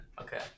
Okay